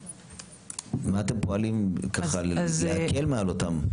איך אתם פועלים על מנת להקל על המטופלים?